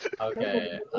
Okay